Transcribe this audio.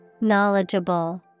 Knowledgeable